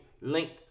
linked